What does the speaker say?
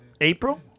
April